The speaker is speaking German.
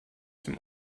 dem